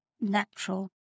natural